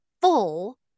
full